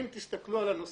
אם תסתכלו על הנושאים,